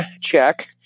check